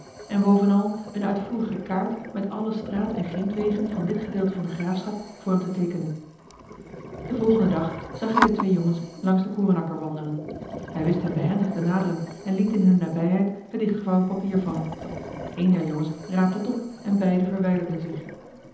en bovenal eene uitvoerige kaart met alle straat en grintwegen van dit gedeelte van de graafschap voor hem te teekenen den volgenden dag zag hij de twee jongens langs den korenakker wandelen hij wist hen behendig te naderen en liet in hunne nabijheid het dichtgevouwen papier vallen een der jongens raapte het op en beiden verwijderden zich